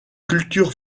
culture